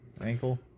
ankle